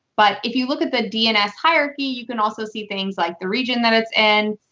but if you look at the dns hierarchy, you can also see things like the region that it's in,